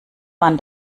man